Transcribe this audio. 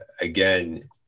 again